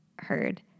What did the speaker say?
heard